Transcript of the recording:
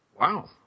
Wow